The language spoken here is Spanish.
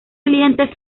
cliente